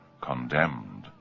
condemned